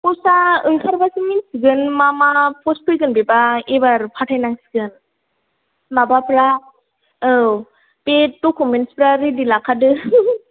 पस्टा ओंखारबासो मिनथिगोन मा मा पस्ट फैगोन बेबा एबार पाथायनांसिगोन माबाफोरा औ बे डकुमेन्टसफोरा रेडि लाखादो